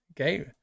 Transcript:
Okay